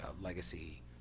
Legacy